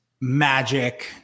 Magic